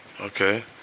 Okay